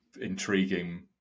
intriguing